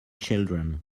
children